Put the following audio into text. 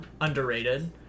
underrated